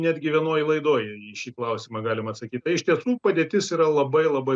netgi vienoj laidoj į šį klausimą galima atsakyt tai iš tiesų padėtis yra labai labai